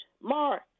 Mark